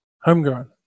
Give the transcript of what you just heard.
homegrown